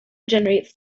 generates